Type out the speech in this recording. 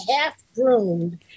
half-groomed